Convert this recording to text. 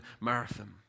Marathon